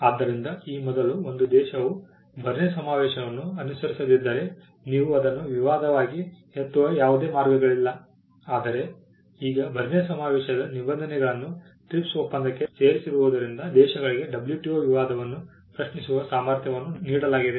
ಆದ್ದರಿಂದ ಈ ಮೊದಲು ಒಂದು ದೇಶವು ಬರ್ನ್ ಸಮಾವೇಶವನ್ನು ಅನುಸರಿಸದಿದ್ದರೆ ನೀವು ಅದನ್ನು ವಿವಾದವಾಗಿ ಎತ್ತುವ ಯಾವುದೇ ಮಾರ್ಗಗಳಿಲ್ಲ ಆದರೆ ಈಗ ಬರ್ನ್ ಸಮಾವೇಶದ ನಿಬಂಧನೆಗಳನ್ನು TRIPS ಒಪ್ಪಂದಕ್ಕೆ ಸೇರಿಸಿರುವುದರಿಂದ ದೇಶಗಳಿಗೆ WTO ವಿವಾದವನ್ನು ಪ್ರಶ್ನಿಸುವ ಸಾಮರ್ಥ್ಯವನ್ನು ನೀಡಲಾಗಿದೆ